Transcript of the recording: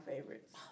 favorites